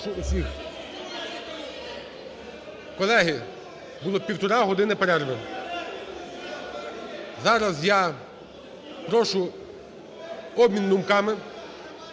Колеги, було півтори години перерви. Зараз я прошу: обмін думками,